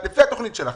לפי התוכנית שלך,